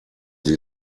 sie